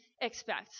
expect